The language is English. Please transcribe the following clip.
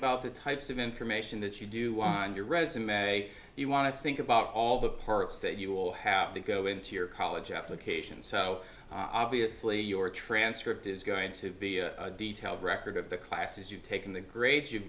about the types of information that you do on your resume you want to think about all the parts that you'll have to go into your college application so obviously your transcript is going to be detailed record of the classes you take in the grades you